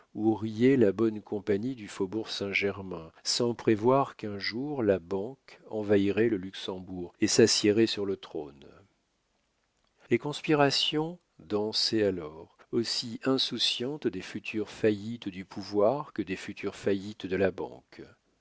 riait la bonne compagnie du faubourg saint-germain sans prévoir qu'un jour la banque envahirait le luxembourg et s'assiérait sur le trône les conspirations dansaient alors aussi insouciantes des futures faillites du pouvoir que des futures faillites de la banque